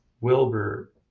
Wilbur